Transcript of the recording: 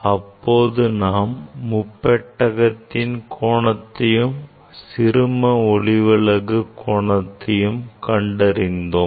அப்போது நாம் முப்பெட்டகத்தின் கோணத்தையும் சிறும ஒளிவிலகு கோணத்தையும் கண்டறிந்தோம்